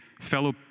fellow